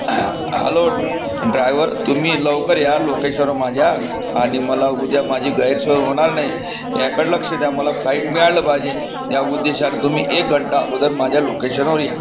hello driver तुम्ही लवकर या लोकेशनवर माझ्या आणि मला उद्या माझी गैरसोय होणार नाही याकडं लक्ष द्या मला फ्लाईट मिळालं पाहिजे त्या उद्देशानं तुम्ही एक घंटा अगोदर माझ्या लोकेशनवर या